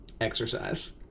Exercise